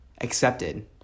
accepted